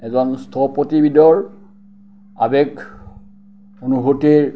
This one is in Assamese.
এজন স্থপতিবিদৰ আবেগ অনুভূতিৰ